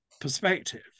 perspective